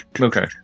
Okay